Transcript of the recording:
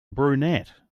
brunette